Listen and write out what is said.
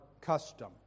custom